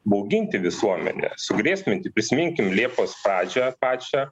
bauginti visuomenę sugrėsminti prisiminkim liepos pradžią pačią